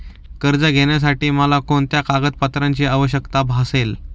कर्ज घेण्यासाठी मला कोणत्या कागदपत्रांची आवश्यकता भासेल?